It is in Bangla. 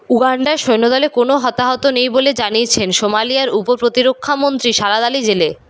উগাণ্ডার সৈন্যদলে কোনও হতাহত নেই বলে জানিয়েছেন সোমালিয়ার উপপ্রতিরক্ষামন্ত্রী সালাদ আলি জেলে